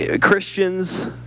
Christians